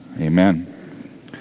Amen